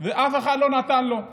ואף אחד לא נתן לו.